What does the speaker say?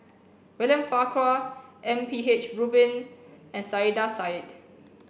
William Farquhar M P H Rubin and Saiedah Said